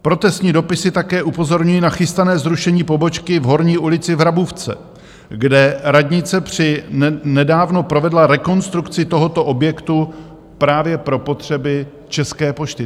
Protestní dopisy také upozorňují na chystané zrušení pobočky v Horní ulici v Hrabůvce, kde radnice nedávno provedla rekonstrukci tohoto objektu právě pro potřeby České pošty.